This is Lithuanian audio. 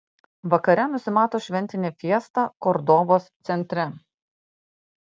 vakare nusimato šventinė fiesta kordobos centre